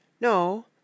No